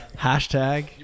Hashtag